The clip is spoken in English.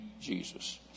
Jesus